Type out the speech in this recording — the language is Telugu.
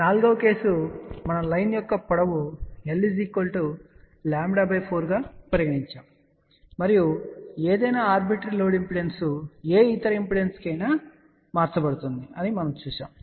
నాల్గవ కేసు మనం లైన్ యొక్క పొడవు l λ4 గా పరిగణించాము మరియు ఏదైనా ఆర్బిటరీ లోడ్ ఇంపిడెన్స్ ఏ ఇతర ఇంపిడెన్స్కు అయినా మార్చబడుతుంది అని మనము చూసాము